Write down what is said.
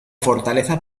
fortaleza